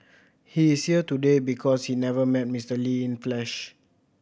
he is here today because he never met Mister Lee in flesh